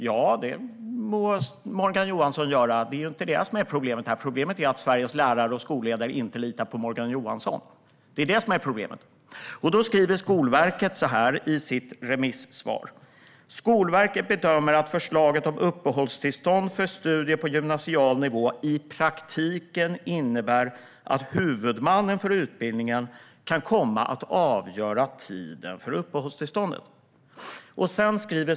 Ja, det må Morgan Johansson göra; det är inte det som är problemet. Problemet är att Sveriges lärare och skolledare inte litar på Morgan Johansson. Skolverket skriver i sitt remissvar att man bedömer att förslaget om uppehållstillstånd för studier på gymnasial nivå i praktiken innebär att huvudmannen för utbildningen kan komma att avgöra tiden för uppehållstillståndet.